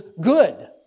good